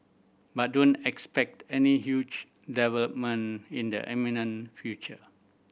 but don't expect any huge development in the imminent future